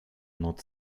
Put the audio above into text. noc